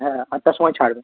হ্যাঁ আটটার সময় ছাড়বে